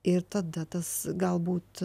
ir tada tas galbūt